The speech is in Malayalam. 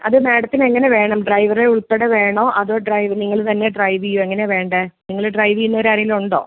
അത് മാഡത്തിന് എങ്ങനെ വേണം ഡ്രൈവറെ ഉൾപ്പെടെ വേണോ അതൊ ഡ്രൈവ് നിങ്ങൾ തന്നെ ഡ്രൈവ് ചെയ്യുമോ എങ്ങനെയാണ് വേണ്ടത് നിങ്ങൾ ഡ്രൈവ് ചെയ്യുന്നവർ ആരെങ്കിലുമുണ്ടോ